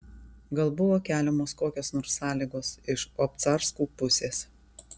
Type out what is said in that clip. gal buvo keliamos kokios nors sąlygos iš obcarskų pusės